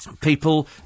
people